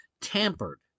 tampered